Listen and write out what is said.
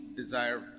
desire